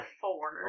four